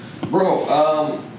Bro